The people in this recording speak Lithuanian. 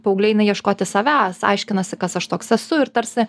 paaugliai eina ieškoti savęs aiškinasi kas aš toks esu ir tarsi